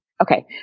Okay